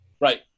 Right